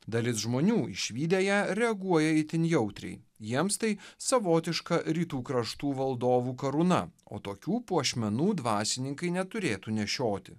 dalis žmonių išvydę ją reaguoja itin jautriai jiems tai savotiška rytų kraštų valdovų karūna o tokių puošmenų dvasininkai neturėtų nešioti